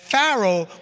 Pharaoh